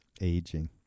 aging